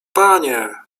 panie